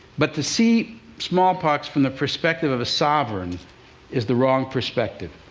but to see smallpox from the perspective of a sovereign is the wrong perspective.